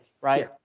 right